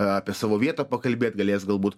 a apie savo vietą pakalbėt galės galbūt